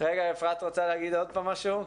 אפרת רוצה להגיד עוד פעם משהו.